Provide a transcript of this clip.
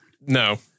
no